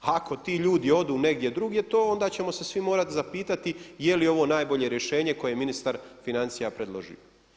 A ako ti ljudi odu negdje drugdje, to onda ćemo se svi morati zapitati je li ovo najbolje rješenje koje je ministar financija predložio.